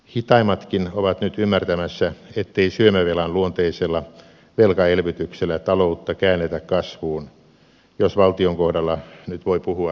hitaimmatkin ovat nyt ymmärtämässä ettei syömävelan luonteisella velkaelvytyksellä taloutta käännetä kasvuun jos valtion kohdalla nyt voi puhua syömävelasta